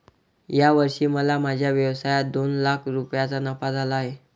या वर्षी मला माझ्या व्यवसायात दोन लाख रुपयांचा नफा झाला आहे